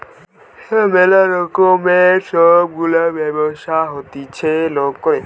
ম্যালা রকমের সব গুলা ব্যবসা হতিছে লোক করে